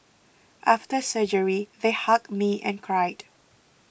after surgery they hugged me and cried